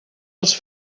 els